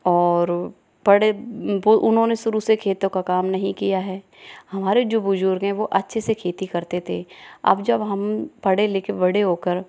और पढ़े वो उन्होंने शुरू से खेतों का काम नहीं किया है हमारे जो बुजुर्ग हैं वो अच्छे से खेती करते थे अब जब हम पढ़े लिखे बड़े होकर